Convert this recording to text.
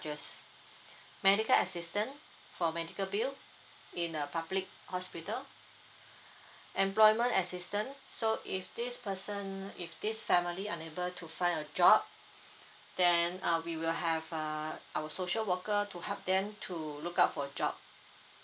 medical assistance for medical bill in a public hospital employment assistance so if this person if this family unable to find a job then uh we will have a our social worker to help them to look out for job